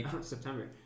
September